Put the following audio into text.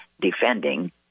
defending